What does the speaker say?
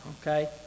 okay